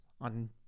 on